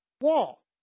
wall